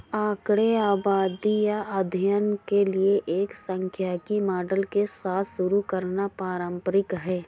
आंकड़े आबादी या अध्ययन के लिए एक सांख्यिकी मॉडल के साथ शुरू करना पारंपरिक है